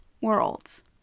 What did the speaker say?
worlds